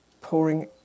pouring